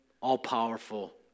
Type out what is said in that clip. all-powerful